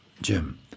Jim